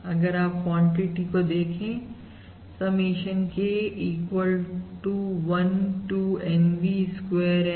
अगर आप quantity 9quantity को देखें समेशनK equal to 1 to NV square N